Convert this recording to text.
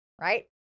right